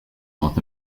north